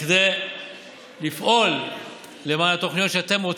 כדי לפעול למען התוכניות שאתם רוצים.